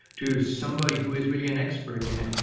to somebody who is really an expert in it.